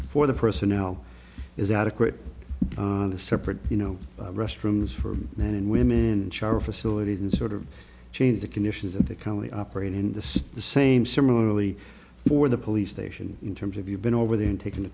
for the personnel is adequate on the separate you know restrooms for men and women and shower facilities and sort of change the conditions of the company operate in the same similarly for the police station in terms of you've been over there and taken the